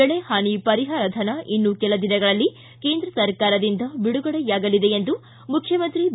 ಬೆಳೆಹಾನಿ ಪರಿಹಾರ ಧನ ಇನ್ನು ಕೆಲ ದಿನಗಳಲ್ಲಿ ಕೇಂದ್ರ ಸರ್ಕಾರದಿಂದ ಬಿಡುಗಡೆಯಾಗಲಿದೆ ಎಂದು ಮುಖ್ಯಮಂತ್ರಿ ಬಿ